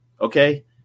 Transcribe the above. Okay